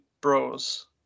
Bros